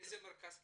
באיזה מרכז קליטה?